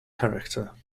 character